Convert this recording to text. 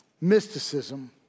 Mysticism